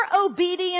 obedience